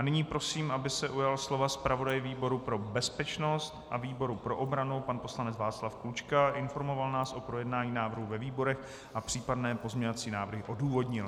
Nyní prosím, aby se ujal zpravodaj výboru pro bezpečnost a výboru pro obranu pan poslanec Václav Klučka, informoval nás o projednání návrhu ve výborech a případné pozměňovací návrhy odůvodnil.